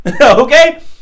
Okay